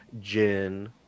gin